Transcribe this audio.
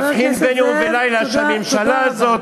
להבחין בין יום ובין לילה" שהממשלה הזאת